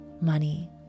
money